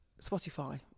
Spotify